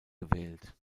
gewählt